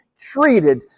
treated